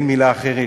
אין מילה אחרת,